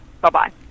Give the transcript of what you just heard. bye-bye